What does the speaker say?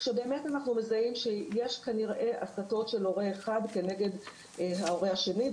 אנחנו מזהים שיש כנראה הסתות של הורה אחד כנגד ההורה השני,